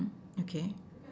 okay